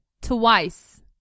twice